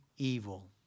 evil